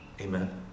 Amen